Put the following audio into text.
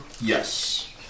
Yes